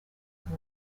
and